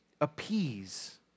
appease